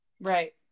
Right